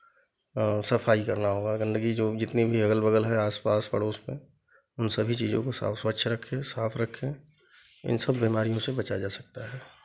सफाई करना होगा गंदगी जो जितनी भी अगल बगल है आस पड़ोस में उन सभी चीज़ों को साफ स्वच्छ रखें साफ रखें इन सब बीमारियों से बचा जा सकता है